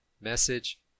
message